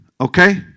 Okay